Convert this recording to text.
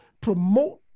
promote